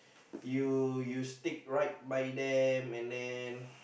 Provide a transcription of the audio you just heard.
you you stick right by them and then